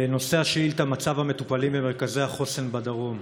נושא השאילתה: מצב המטופלים במרכזי החוסן בדרום.